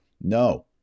No